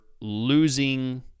losing